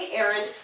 Aaron